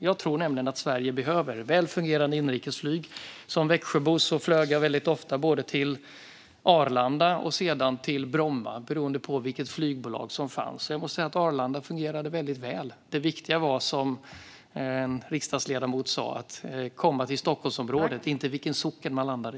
Jag tror nämligen att Sverige behöver väl fungerande inrikesflyg. Som Växjöbo flög jag ofta till både Arlanda och Bromma, beroende på flygbolag. Jag måste säga att Arlanda fungerade bra. Det viktiga var, som en riksdagsledamot sa, att komma till Stockholmsområdet, inte vilken socken man landade i.